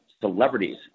celebrities